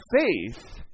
faith